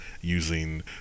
using